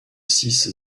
six